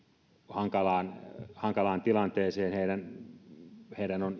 hankalaan hankalaan tilanteeseen heidän heidän on